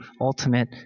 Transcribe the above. ultimate